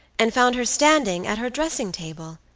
and found her standing at her dressing table.